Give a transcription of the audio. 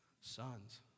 Sons